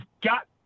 got